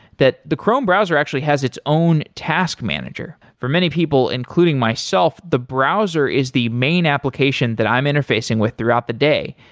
that the chrome browser actually has its own task manager for many people including myself, the browser is the main application that i'm interfacing with throughout the day.